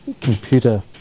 computer